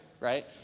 right